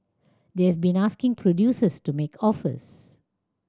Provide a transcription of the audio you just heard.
they've been asking producers to make offers